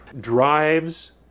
drives